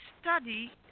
study